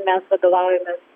mes vadovaujamės